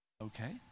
okay